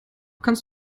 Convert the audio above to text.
kannst